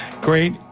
great